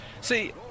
See